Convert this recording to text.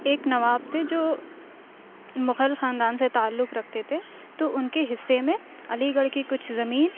ایک نواب تھے جو مغل خاندان سے تعلق رکھتے تھے تو اُن کے حصّے میں علی گڑھ کی کچھ زمین